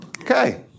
Okay